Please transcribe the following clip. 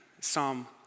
Psalm